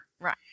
Right